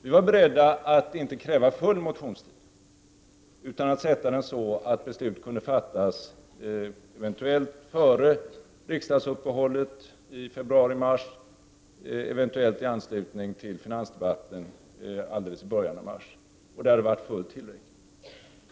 Vi var beredda att inte kräva full motionstid, utan att sätta den så att beslut kunde fattas eventuellt före riksdagsuppehållet i februari-mars eller i anslutning till finansdebatten i början av mars. Detta hade varit fullt tillräckligt.